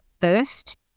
first